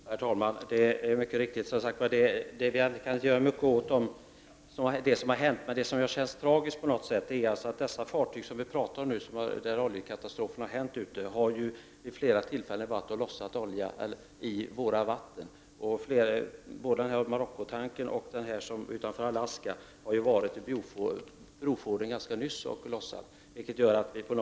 Herr talman! Det är riktigt att vi inte kan göra mycket åt det som har hänt. Vad som känns tragiskt är att dessa fartyg som vi talar om vid flera tillfällen har lotsat olja i våra vatten. Både den tankern som förolyckades i Marocko och den som förolyckades utanför Alaska har varit i Brofjorden ganska nyss och lotsat olja.